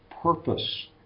purpose